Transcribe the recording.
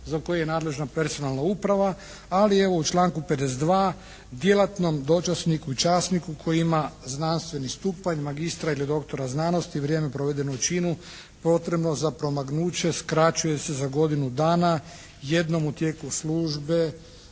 za koji je nadležna personalna uprava ali evo u članku 52. djelatnom dočasniku i časniku koji ima znanstveni stupanj magistra ili doktora znanosti vrijeme provedeno u činu potrebno za promaknuće skraćuje se za godinu dana jednom u tijeku službe